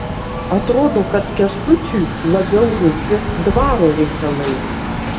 atrodo kad kęstučiui labiau rūpi dvaro reikalai